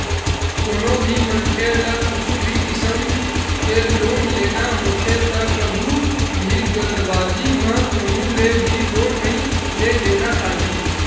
कोनो भी मनखे ल कुछु भी किसम के लोन लेना होथे त कभू भी जल्दीबाजी म कहूँ ले भी लोन नइ ले लेना चाही